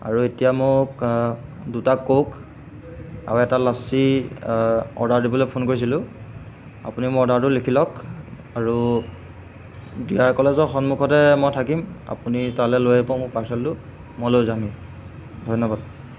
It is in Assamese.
আৰু এতিয়া মোক দুটা ক'ক আৰু এটা লাচি অৰ্ডাৰ দিবলৈ ফোন কৰিছিলোঁ আপুনি মোৰ অৰ্ডাৰটো লিখি লওক আৰু ডি আৰ কলেজৰ সন্মুখতে মই থাকিম আপুনি তালৈ লৈ আহিব মোৰ পাৰ্চেলটো মই লৈ যামহি ধন্যবাদ